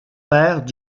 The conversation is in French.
père